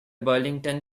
burlington